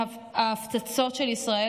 ומההפצצות של ישראל,